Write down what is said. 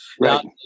right